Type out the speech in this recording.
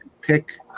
pick